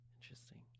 interesting